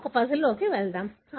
మనం ఒక పజిల్లోకి వెళ్దాం